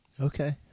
Okay